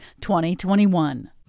2021